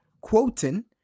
Quoting